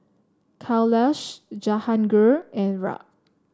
Kailash Jahangir and Raj